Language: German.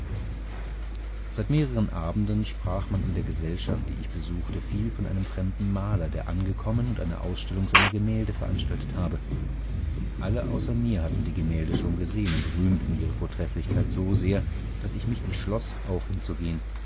seit mehreren abenden sprach man in der gesellschaft die ich besuchte viel von einem fremden maler der angekommen und eine ausstellung seiner gemälde veranstaltet habe alle außer mir hatten die gemälde schon gesehen und rühmten ihre vortrefflichkeit so sehr daß ich mich entschloß auch hinzugehen